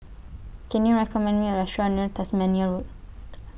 Can YOU recommend Me A Restaurant near Tasmania Road